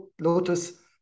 Lotus